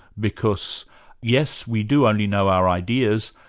because yes, we do only know our ideas,